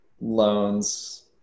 loans